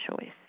choice